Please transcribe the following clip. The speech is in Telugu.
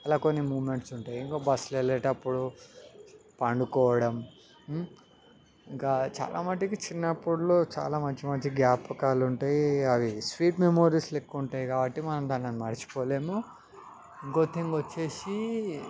అలా కొన్ని మూమెంట్స్ ఉంటాయి ఇంకా బస్సులో వెళ్ళేటప్పుడు పండుకోవడం ఇంకా చాలా మట్టుకి చిన్నప్పుడులో చాలా మంచి మంచి జ్ఞాపకాలు ఉంటాయి అవి స్వీట్ మెమోరీస్ లెక్క ఉంటాయి కాబట్టి మనం దాన్ని మర్చిపోలేము ఇంకో థింగ్ వచ్చేసి